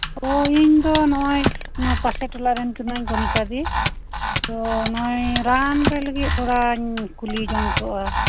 ᱚᱻ ᱤᱧ ᱫᱚ ᱱᱚᱜ ᱚᱭ ᱱᱚᱣᱟ ᱯᱟᱥᱮ ᱴᱚᱞᱟ ᱨᱮᱱ ᱠᱟᱹᱱᱟᱹᱧ ᱠᱚᱱᱤᱠᱟ ᱫᱤ ᱚᱻ ᱱᱚᱜ ᱚᱭ ᱨᱟᱱ ᱨᱮ ᱞᱟᱜᱤᱜ ᱛᱷᱚᱲᱟᱧ ᱠᱩᱞᱤ ᱡᱚᱝ ᱠᱚᱜᱼᱟ